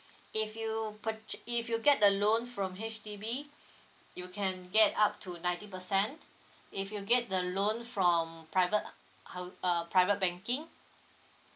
if you purcha~ if you get the loan from H_D_B you can get up to ninety percent if you get the loan from private uh private banking